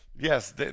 Yes